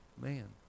man